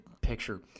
picture